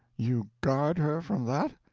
you guard her from that?